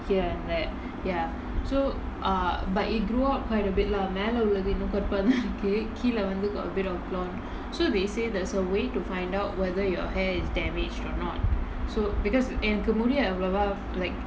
here and there ya so err but it grew out quite a bit lah மேல உள்ளது இன்னும் கருப்பா தான் இருக்கு கீழ வந்து:maela ullathu innum karuppaa thaan irukku keezha vanthu got a bit of blonde so they say there's a way to find out whether your hair is damaged or not so because எனக்கு முடி அவலவா:enakku mudi avalavaa like